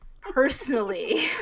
personally